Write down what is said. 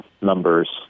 numbers